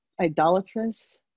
idolatrous